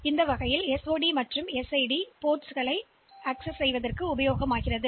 எனவே இந்த வழியில் இந்த SOD மற்றும் SID பின்களை போர்ட்ஸ்களாகப் பயன்படுத்துகின்றனர்